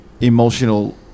emotional